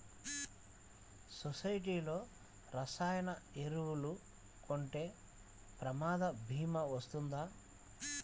సొసైటీలో రసాయన ఎరువులు కొంటే ప్రమాద భీమా వస్తుందా?